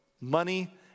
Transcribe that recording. money